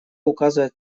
указывает